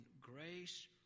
grace